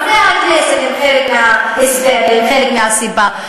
חברי הכנסת הם חלק מההסבר והם חלק מהסיבה.